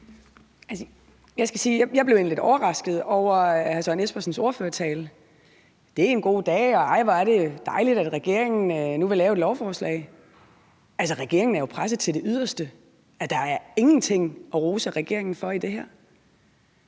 jeg blev lidt overrasket over hr. Søren Espersens ordførertale, altså at det er en god dag, og hvor det er dejligt, at regeringen nu vil lave et lovforslag. Altså, regeringen er jo presset til det yderste, og der er ingenting at rose regeringen for i det her.